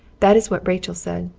that is what rachel said.